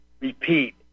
repeat